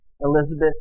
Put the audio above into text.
Elizabeth